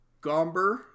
Gomber